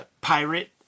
pirate